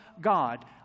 God